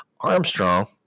Armstrong